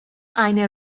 eine